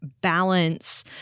balance